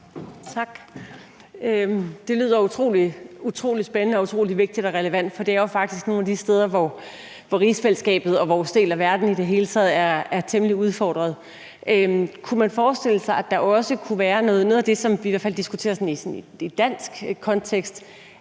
Tak. Det lyder utrolig spændende og utrolig vigtigt og relevant, for det er jo faktisk nogle af de steder, hvor rigsfællesskabet og vores del af verden i det hele taget er temmelig udfordret. Noget af det, som i hvert fald diskuteres mest i en dansk kontekst,